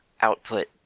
output